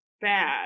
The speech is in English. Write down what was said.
bad